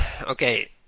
okay